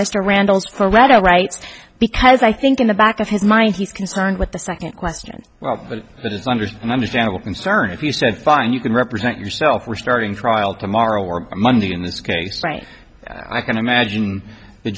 mr randall's hereto rights because i think in the back of his mind he's concerned with the second question well but that is understood understandable concern if he said fine you can represent yourself we're starting trial tomorrow or monday in this case right i can imagine the